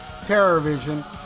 Terrorvision